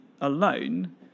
alone